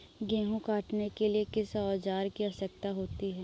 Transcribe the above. गेहूँ काटने के लिए किस औजार की आवश्यकता होती है?